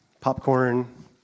Popcorn